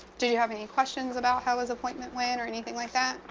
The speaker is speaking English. did you have any questions about how his appointment went or anything like that?